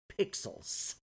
Pixels